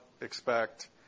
expect